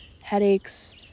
Headaches